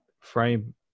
frame